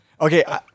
Okay